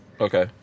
Okay